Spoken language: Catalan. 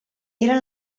era